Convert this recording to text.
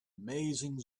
amazing